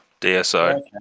DSO